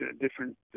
different